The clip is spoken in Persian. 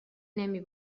نمی